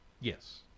Yes